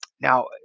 now